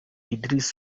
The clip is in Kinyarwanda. idriss